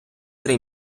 три